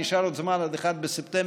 נשאר עוד זמן עד 1 בספטמבר,